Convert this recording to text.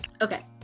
Okay